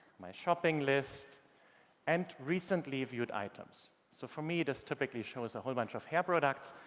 my shopping list and recently viewed items. so for me this typically shows a whole bunch of hair products,